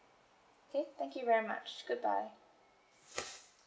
okay thank you very much good bye